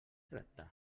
tracta